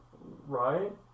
Right